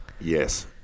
yes